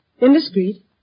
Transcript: Indiscreet